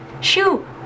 shoo